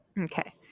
Okay